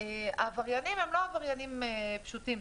העבריינים הם לא עבריינים פשוטים,